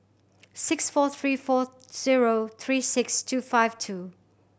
six four three four zero three six two five two